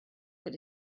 but